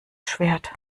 schwert